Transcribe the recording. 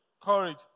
courage